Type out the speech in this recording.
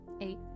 Eight